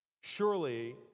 surely